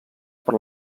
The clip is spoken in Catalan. per